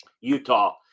Utah